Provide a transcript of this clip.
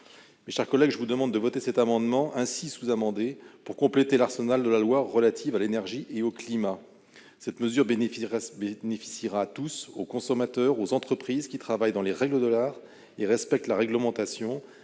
Mes chers collègues, je vous demande de bien vouloir adopter notre amendement ainsi sous-amendé, afin de compléter l'arsenal de la loi relative à l'énergie et au climat. Cette mesure profitera à tous : aux consommateurs, aux entreprises qui travaillent selon les règles de l'art et respectent la réglementation,